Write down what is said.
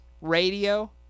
Radio